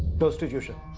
prostitution